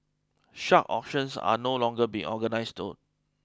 such auctions are no longer being organised though